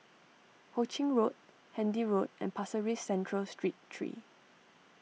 Ho Ching Road Handy Road and Pasir Ris Central Street three